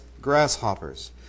grasshoppers